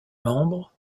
membres